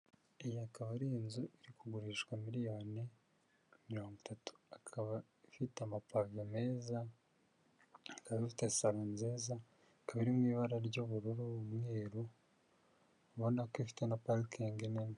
Iyi akaba ari inzu iri kugurishwa miliyoni mirongo itatu, ikaba ifite amapave meza, ikaba ifite saro nziza, ikaba iri mu ibara ry'ubururu n'umweruru ubona ko ifite na parikingi nini.